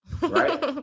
right